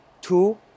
Two